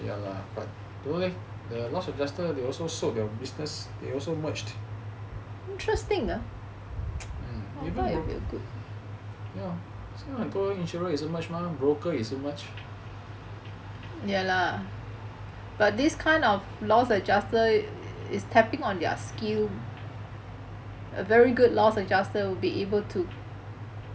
ya lah but don't know leh the loss adjusters they also sold the business they also merged ya 现在很多 insurer 也是 merge mah broker 也是 merge